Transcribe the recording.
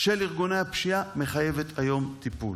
של ארגוני הפשיעה, מחייבת היום טיפול,